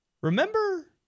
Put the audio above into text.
remember